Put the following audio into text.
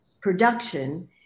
production